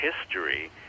history